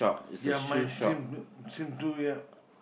ya my team same too yeah